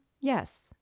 Yes